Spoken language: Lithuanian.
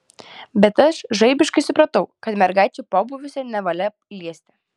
bet aš žaibiškai supratau kad mergaičių pobūviuose nevalia liesti